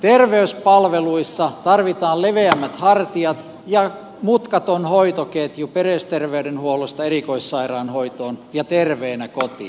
terveyspalveluissa tarvitaan leveämmät hartiat ja mutkaton hoitoketju perusterveydenhuollosta erikoissairaanhoitoon ja terveenä kotiin